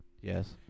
Yes